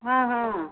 ಹಾಂ ಹಾಂ ಹಾಂ